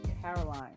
Caroline